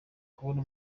kubona